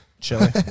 Chili